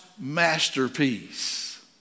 masterpiece